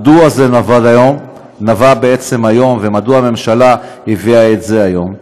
מדוע זה נבע היום, ומדוע הממשלה הביאה את זה היום?